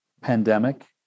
pandemic